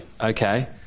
Okay